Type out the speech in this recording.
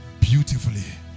beautifully